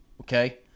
Okay